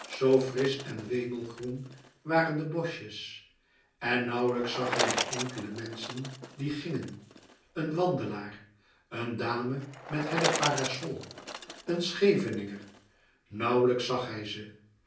frisch en wemelgroen waren de boschjes en nàuwelijks zag hij de enkele menschen die gingen een wandelaar een dame met hellen parasol een scheveninger nauwelijks zag hij ze